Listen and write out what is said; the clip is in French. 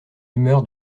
humeur